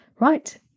Right